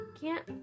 Cant